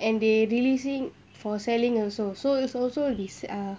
and they releasing for selling also so is also is ah